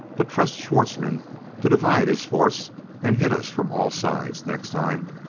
but trust schwartzmann to divide his force and hit us from all sides next time.